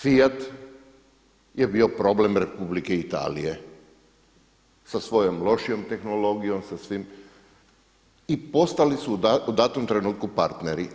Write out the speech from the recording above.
FIAT je bio problem Republike Italije sa svojom lošijom tehnologijom, sa svim i postali su u danom trenutku parteri.